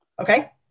Okay